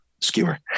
Skewer